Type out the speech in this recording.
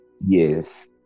yes